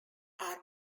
are